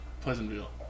Pleasantville